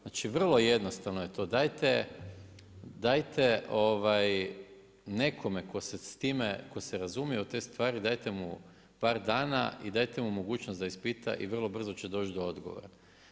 Znači vrlo jednostavno je to, dajte, dajte nekome tko se sa time, tko se razumije u te stvari dajte mu par dana i dajte mu mogućnost da ispita i vrlo brzo će doći do odgovora.